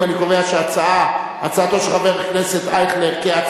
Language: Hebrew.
ההצעה להפוך את הצעת חוק הממשלה (תיקון,